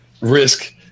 risk